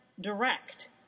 direct